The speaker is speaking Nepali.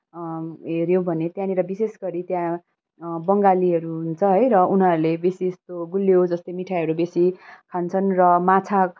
हेऱ्यौँ भने त्यहाँनिर विशेष गरी त्यहाँ बङ्गालीहरू हुन्छ है र उनीहरूले बेसी जस्तो गुलियो जस्मितै ठाइहरू बेसी खान्छन् र माछा